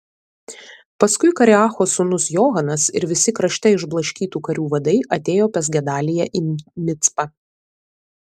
paskui kareacho sūnus johananas ir visi krašte išblaškytų karių vadai atėjo pas gedaliją į micpą